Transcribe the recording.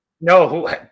No